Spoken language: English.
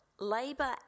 Labor